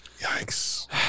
Yikes